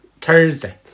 Thursday